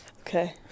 Okay